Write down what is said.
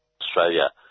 Australia